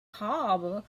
harbor